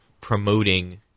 promoting